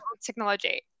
technology